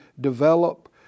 develop